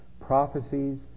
prophecies